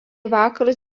vakarus